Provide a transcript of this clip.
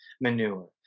manure